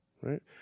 Right